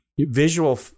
visual